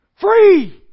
Free